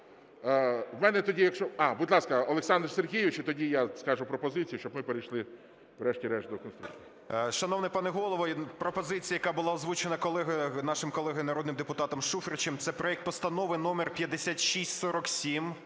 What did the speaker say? У мене тоді, якщо… А, будь ласка, Олександр Сергійович, і тоді я скажу пропозицію, щоб ми перейшли врешті-решт до … 11:48:27 КОЛТУНОВИЧ О.С. Шановний пане Голово, пропозиція, яка була озвучена нашим колегою народним депутатом Шуфричем, це проект Постанови номер 5647.